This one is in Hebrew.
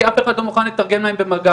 כי אף אחד לא מוכן לתרגם להם במגע.